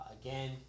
Again